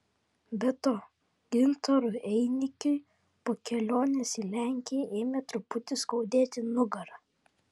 be to gintarui einikiui po kelionės į lenkiją ėmė truputį skaudėti nugarą